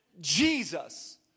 Jesus